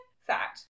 fact